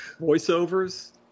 voiceovers